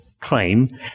claim